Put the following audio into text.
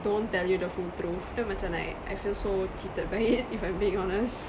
don't tell you the full truth then macam like I feel so cheated by it if I'm being honest